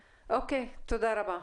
אוקיי, תודה רבה.